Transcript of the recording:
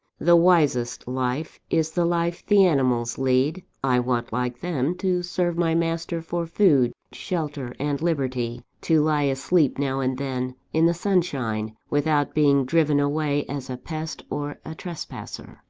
the wisest life is the life the animals lead i want, like them, to serve my master for food, shelter, and liberty to lie asleep now and then in the sunshine, without being driven away as a pest or a trespasser.